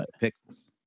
pickles